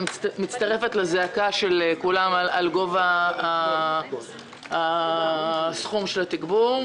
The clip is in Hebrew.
אני מצטרפת לזעקה של כולם על גובה סכום התגבור.